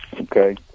Okay